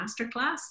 masterclass